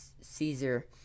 Caesar